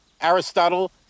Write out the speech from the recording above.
Aristotle